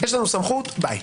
יש לנו סמכות, ביי.